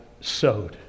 sowed